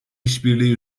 işbirliği